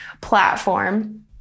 platform